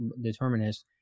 determinist